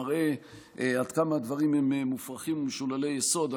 מראה עד כמה הדברים מופרכים ומשוללי יסוד.